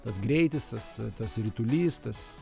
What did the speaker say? tas greitis tas tas ritulys tas